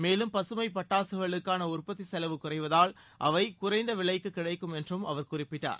மேலும் பகமைப் பட்டாககளுக்கான உற்பத்தி செலவு குறைவதால் அவை குறைந்த விலைக்குக் கிடைக்கும் என்றும் அவர் குறிப்பிட்டார்